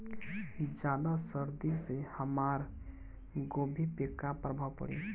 ज्यादा सर्दी से हमार गोभी पे का प्रभाव पड़ी?